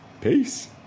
peace